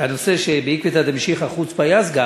הנושא של "בעקבתא דמשיחא חוצפא יסגא".